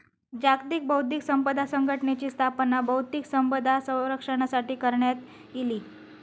जागतिक बौध्दिक संपदा संघटनेची स्थापना बौध्दिक संपदा संरक्षणासाठी करण्यात इली